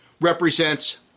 represents